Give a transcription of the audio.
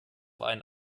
einen